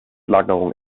lagerung